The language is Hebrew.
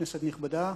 כנסת נכבדה,